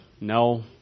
No